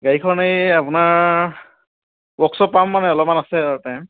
গাড়ীখন এই আপোনাৰ ৱৰ্কশপ পাম মানে অলপমান আছে আৰু টাইম